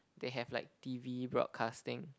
they have like T_V broadcasting